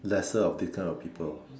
lesser of this kind of people